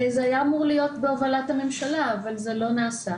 זה היה אמור להיות בהובלת הממשלה, אבל זה לא נעשה.